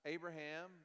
Abraham